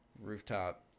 rooftop